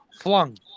Flung